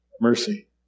Mercy